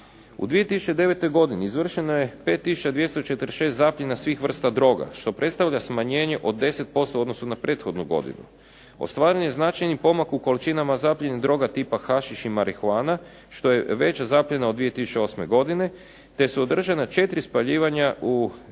U 2009. godini izvršeno je 5 tisuća 246 zapljena svih vrsta droga što predstavlja smanjenje od 10% u odnosu na prethodnu godinu. Ostvaren je značajni pomak u količinama zapljene droga tipa hašiš i marihuana što je veća zapljena od 2008. godine te su održana 4 spaljivanja u